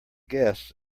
guests